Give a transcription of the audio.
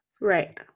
Right